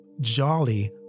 jolly